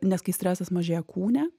nes kai stresas mažėja kūne